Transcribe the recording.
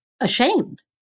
ashamed